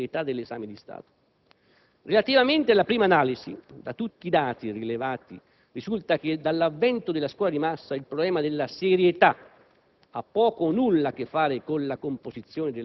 Su due nodi fondamentali, in particolare, le nostre analisi non si sono ritrovate con quelle della maggioranza: ovvero sull'alta percentuale di promossi e sulla composizione della commissione esaminatrice;